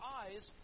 eyes